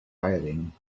firing